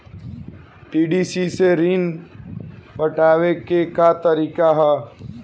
PDC से ऋण पटावे के का तरीका ह?